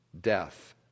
death